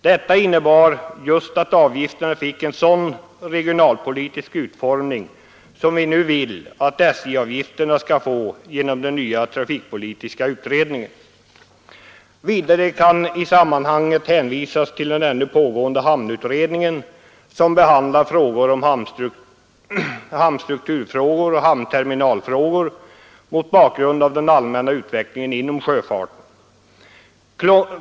Detta innebär att avgifterna fick just en sådan regionalpolitisk utformning som vi nu vill att SJ-avgifterna skall få som ett resultat av den nya trafikpolitiska utredningens arbete. Vidare kan i sammanhanget hänvisas till den ännu pågående hamnutredningen, som behandlar hamnstrukturfrågor och hamnterminalfrågor mot bakgrund av den allmänna utvecklingen inom sjöfarten.